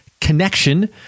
connection